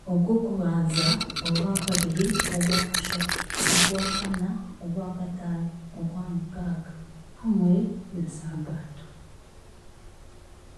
Ogwokubanza, Ogwakabiri, Ogwakashatu, Ogwakana, Ogwakataano, Ogwakamukaaga hamwe na Saabaato.